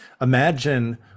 imagine